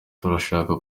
turashaka